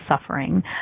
suffering